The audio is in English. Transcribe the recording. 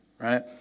right